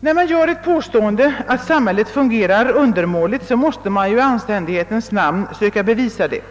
När man gör påståendet att samhället fungerar undermåligt så måste man ju i anständighetens namn försöka bevisa det.